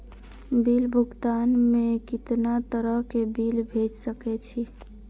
Bill भुगतान में कितना तरह के बिल भेज सके छी?